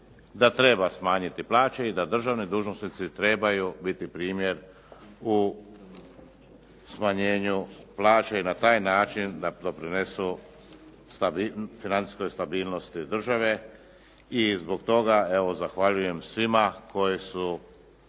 da treba smanjiti plaće i da državni dužnosnici trebaju biti primjer u smanjenju plaće i na taj način da pridonesu financijskoj stabilnosti države. I zbog toga, evo zahvaljujem svima koji su